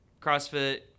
CrossFit